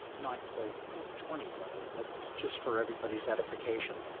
not quite d twenty level, but just for everybody's edification,